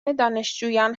دانشجویان